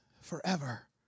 forever